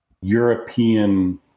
european